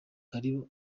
karibu